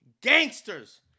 gangsters